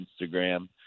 Instagram